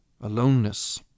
aloneness